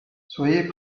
soyez